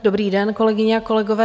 Dobrý den, kolegyně a kolegové.